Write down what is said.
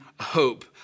hope